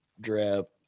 drip